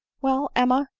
well, emma,